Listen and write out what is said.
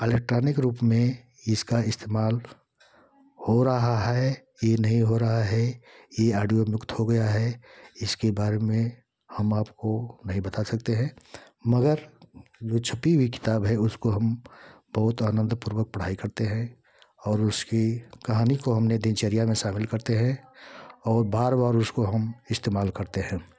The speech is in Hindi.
एलेक्ट्रॉनिक रूप में इसका इस्तेमाल हो रहा है ये नहीं हो रहा है ये ऑडिओ मुक्त हो गया है इसके बारे में हम आपको नहीं बता सकते हैं मगर जो छपी हुई किताब है उसको हम बहुत आनंदपूर्वक पढ़ाई करते हैं और उसकी कहानी को हमने दिनचर्या में शामिल करते हैं और बार बार उसको हम इस्तेमाल करते हैं